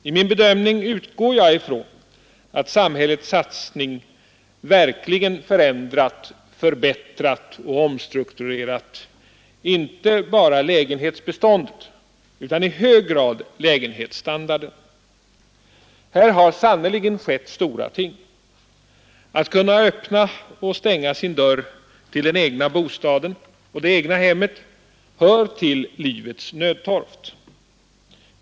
I min bedömning utgår jag från att samhällets satsning verkligen förändrat, förbättrat och omstrukturerat inte bara lägenhetsbeståndet utan i hög grad även lägenhetsstandarden. Här har sannerligen skett stora ting. Att kunna öppna och stänga sin dörr till den egna bostaden och det egna hemmet hör till livets nödtorft.